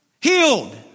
healed